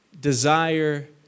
desire